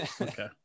Okay